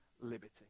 liberty